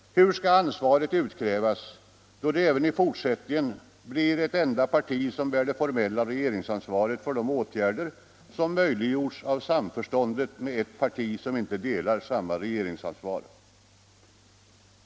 Hur skall ansvaret utkrävas, då det ju även i fortsättningen blir ett enda parti som bär det formella regeringsansvaret för de åtgärder som har möjliggjorts av samförståndet med ett parti som inte delar samma regeringsansvar?